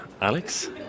Alex